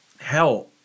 hell